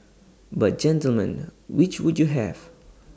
but gentlemen which would you have